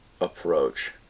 approach